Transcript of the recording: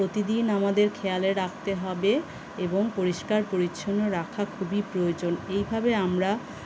প্রতিদিন আমাদের খেয়ালে রাখতে হবে এবং পরিষ্কার পরিচ্ছন্ন রাখা খুবই প্রয়োজন এইভাবে আমরা